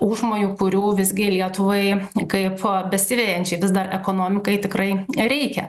užmojų kurių visgi lietuvai kaip besiliejančiai vis dar ekonomikai tikrai reikia